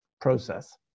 process